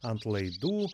ant laidų